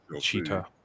cheetah